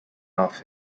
off